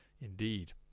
Indeed